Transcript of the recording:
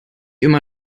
immer